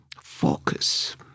focus